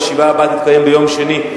הישיבה הבאה תתקיים ביום שני,